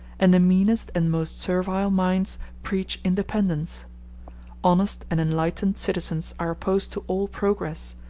and the meanest and most servile minds preach independence honest and enlightened citizens are opposed to all progress,